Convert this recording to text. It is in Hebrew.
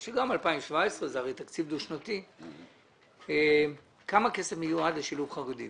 גם 2017, כי הרי זה תקציב דו שנתי, לשילוב חרדים